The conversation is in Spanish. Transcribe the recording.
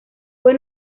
fue